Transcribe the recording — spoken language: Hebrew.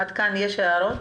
עד כאן יש הערות?